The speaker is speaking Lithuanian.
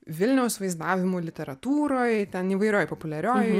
vilniaus vaizdavimu literatūroj ten įvairioj populiariojoj